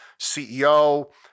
CEO